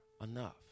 enough